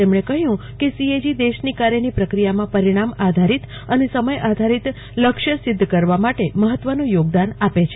તમણે ક હયું કે સીએજી દેશની કાર્યની પ્રક્રિયામાં પરિણામ આધારીત અને સમય આધારીત લક્ષ્ય સિધ્ધ કરવા મ ાટ મહત્વન યોગદાન આપે છે